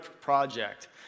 project